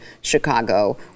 Chicago